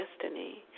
destiny